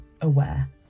AWARE